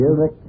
music